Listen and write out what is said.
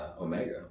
Omega